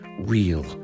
real